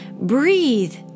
Breathe